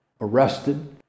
arrested